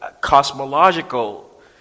cosmological